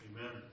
Amen